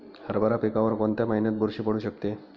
हरभरा पिकावर कोणत्या महिन्यात बुरशी पडू शकते?